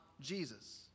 Jesus